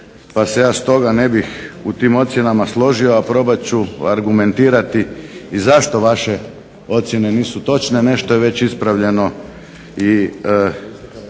pa se ja stoga ne bih u tim ocjenama složio a probat ću argumentirati zašto vaše ocjene nisu točne, nešto je već ispravljeno i